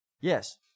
Yes